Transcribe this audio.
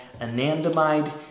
anandamide